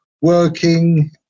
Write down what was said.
working